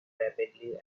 rapidly